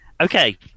Okay